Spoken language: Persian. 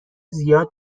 زیاد